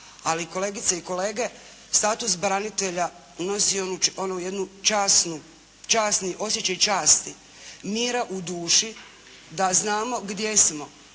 Ali kolegice i kolege, status branitelja nosi onu jednu časnu, časni, osjećaj časti, mira u duši da znamo gdje smo